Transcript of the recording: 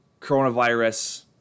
coronavirus –